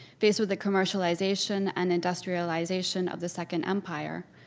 faced with the commercialization and industrialization of the second empire,